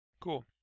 cool